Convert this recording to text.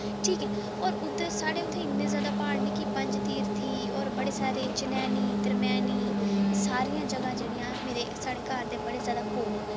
ठीक ऐ और उद्धर साढ़ै उत्थै इन्ने जैदा प्हाड़ न कि पंजतीर्थी और बड़े सारे चनैनी त्रमैनी सारियां जगह्ं जेह्ड़ियां न मेरे साढ़े घरै दे बड़े जैदा कोल न